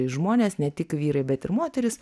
žmonės ne tik vyrai bet ir moterys